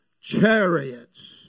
chariots